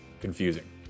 confusing